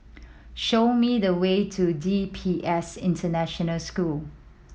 show me the way to D P S International School